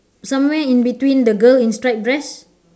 somewhere in between the girl in striped dress